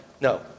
No